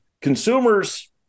consumers